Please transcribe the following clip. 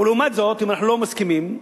לעומת זאת, אם אנחנו לא מסכימים,